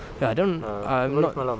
ya that one I'm not